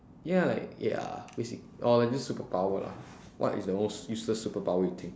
ya like ya basic~ or just superpower lah what is the most useless superpower you think